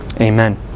Amen